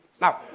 Now